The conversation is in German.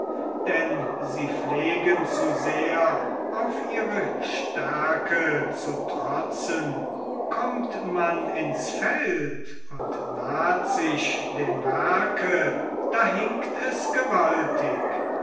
denn sie pflegen zu sehr auf ihre stärke zu trotzen kommt man ins feld und naht sich dem werke da hinkt es gewaltig